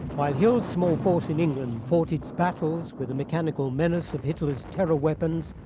while hill's small force in england fought its battles with the mechanical menace of hitler's terror weapons,